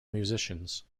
musicians